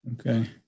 Okay